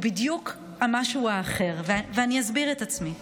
הוא בדיוק המשהו האחר, ואני אסביר את עצמי.